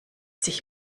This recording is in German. sich